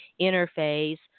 interface